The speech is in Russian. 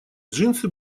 джинсы